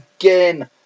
again